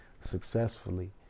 successfully